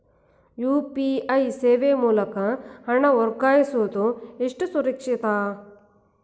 UPI ಸೇವೆ ಮೂಲಕ ಹಣ ವರ್ಗಾಯಿಸುವುದು ಎಷ್ಟು ಸುರಕ್ಷಿತ?